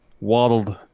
waddled